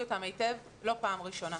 היטב, לא בפעם הראשונה.